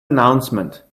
announcement